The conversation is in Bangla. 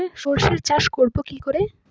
সর্ষে চাষ করব কি করে?